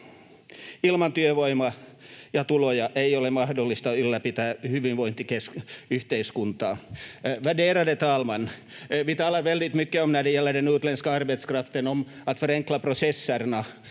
Ilman työvoimaa ja tuloja ei ole mahdollista ylläpitää hyvinvointiyhteiskuntaa. Värderade talman! Vi talar väldigt mycket om att förenkla processerna